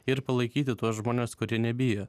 ir palaikyti tuos žmones kurie nebijo